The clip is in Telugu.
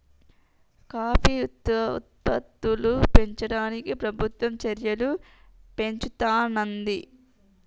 కాఫీ ఉత్పత్తుల్ని పెంచడానికి ప్రభుత్వం చెర్యలు పెంచుతానంది